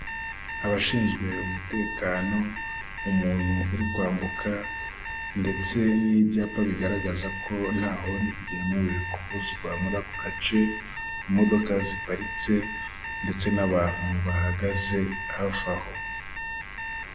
Abashinzwe umutekano, umuntu uri kwambuka ndetse n'ibyapa bigaragaza ko ntahoni ryemewe kuvubuzwa muri ako gace, imodoka ziparitse ndetse n'abantu bahagaze hafi aho.